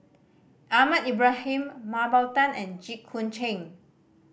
Ahmad Ibrahim Mah Bow Tan and Jit Koon Ch'ng